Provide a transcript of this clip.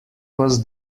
was